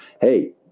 hey